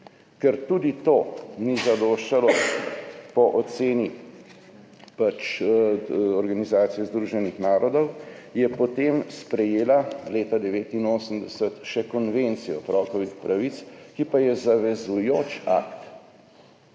Ker tudi to ni zadoščalo po oceni Organizacije združenih narodov, je potem sprejela leta 1989 še Konvencijo o otrokovih pravicah, ki pa je zavezujoč akt